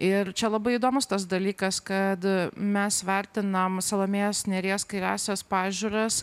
ir čia labai įdomus tas dalykas kad mes vertinam salomėjos nėries kairiąsias pažiūras